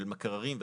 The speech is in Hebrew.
של מקררים,